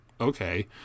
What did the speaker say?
okay